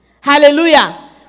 Hallelujah